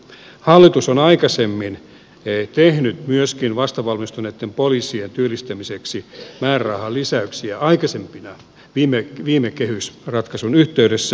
hallitus on aikaisemmin tehnyt myöskin vastavalmistuneitten poliisien työllistämiseksi määrärahalisäyksiä viime kehysratkaisun yhteydessä